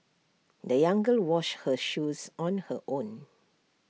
the young girl washed her shoes on her own